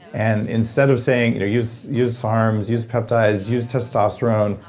and instead of saying, you know use use sarms, use peptides, use testosterone,